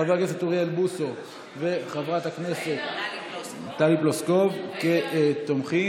ואת חבר הכנסת אוריאל בוסו וחברת הכנסת טלי פלוסקוב כתומכים,